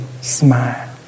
smile